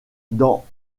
dans